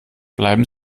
bleiben